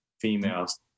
females